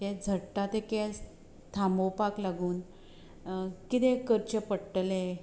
ते झडटा ते केंस थांबोवपाक लागून किदें करचे पडटलें